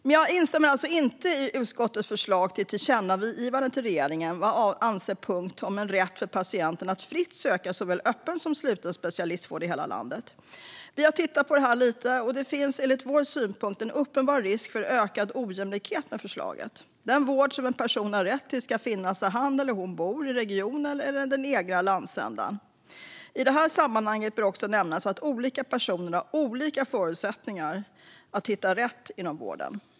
Jag instämmer alltså inte i utskottets förslag till tillkännagivande till regeringen avseende punkten om en rätt för patienten att fritt söka såväl öppen som sluten specialistvård i hela landet. Vi har tittat lite på detta, och det finns enligt vår mening en uppenbar risk för ökad ojämlikhet med förslaget. Den vård som en person har rätt till ska finnas där han eller hon bor, i regionen eller den egna landsändan. I detta sammanhang bör också nämnas att olika personer har olika förutsättningar att hitta rätt inom vården.